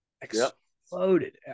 Exploded